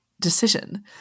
decision